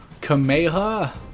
Kameha